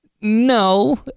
no